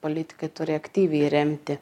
politikai turi aktyviai remti